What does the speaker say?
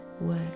work